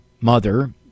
mother